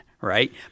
right